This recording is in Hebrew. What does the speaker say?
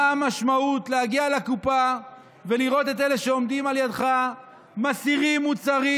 המשמעות של להגיע לקופה ולראות את אלה שעומדים על ידך מסירים מוצרים